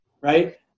right